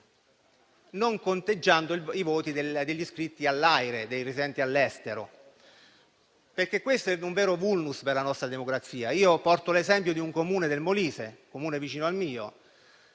non conteggiando i voti degli iscritti all'AIRE, ovvero dei residenti all'estero, perché questo è un vero *vulnus* per la nostra democrazia. Porto l'esempio di un Comune del Molise, vicino al mio,